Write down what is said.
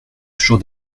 toujours